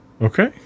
Okay